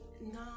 No